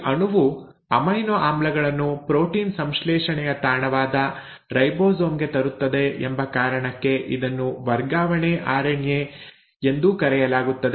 ಈ ಅಣುವು ಅಮೈನೋ ಆಮ್ಲಗಳನ್ನು ಪ್ರೋಟೀನ್ ಸಂಶ್ಲೇಷಣೆಯ ತಾಣವಾದ ರೈಬೋಸೋಮ್ ಗೆ ತರುತ್ತದೆ ಎಂಬ ಕಾರಣಕ್ಕೆ ಇದನ್ನು ವರ್ಗಾವಣೆ ಆರ್ಎನ್ಎ ಎಂದೂ ಕರೆಯಲಾಗುತ್ತದೆ